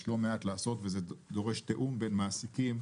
יש לא מעט לעשות וזה דורש תיאום בין מעסיקים,